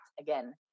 Again